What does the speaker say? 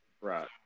right